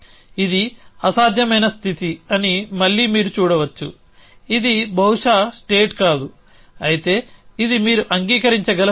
ఇది అసాధ్యమైన స్థితి అని మళ్లీ మీరు చూడవచ్చు ఇది బహుశా స్టేట్ కాదు అయితే ఇది మీరు అంగీకరించగల స్థితి